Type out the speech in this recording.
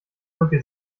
wolke